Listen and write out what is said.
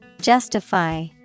Justify